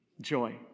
Joy